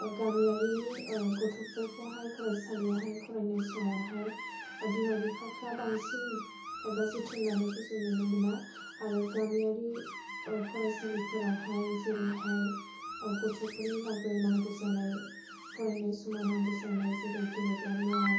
गामियारिनि गथ'फोरखौहाय फरायसालियाव फरायनाय समाव बिमा बिफाफोरा बांसिन जोथोन लानायखौ जों नुनो मोना आरो गामियारि फरायसालिफोराव जेरै गथ'फोरनि थाखाय फरायनाय समाव नांगौ जानाय जेरै गेलेग्रा मुवा